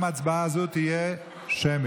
גם הצבעה זו תהיה שמית.